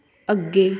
ਅੱਗੇ